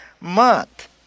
month